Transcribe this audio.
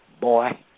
boy